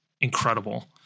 incredible